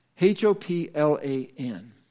H-O-P-L-A-N